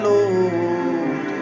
Lord